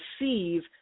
receive